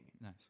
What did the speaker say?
Nice